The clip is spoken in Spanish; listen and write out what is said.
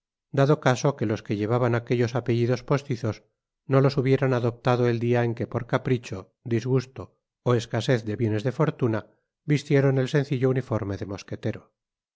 dado caso que los que llevaban aquellos apellidos postizos no los hubieran adoptado el dia en que por capricho disgusto ó escasez de bienes de fortuna vistieron el sencillo uniforme de mosquetero